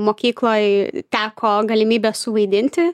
mokykloj teko galimybė suvaidinti